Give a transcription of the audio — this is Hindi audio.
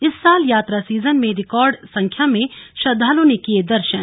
इस साल यात्रा सीजन में रिकॉर्ड संख्या में श्रद्धालुओं ने किये दर्शन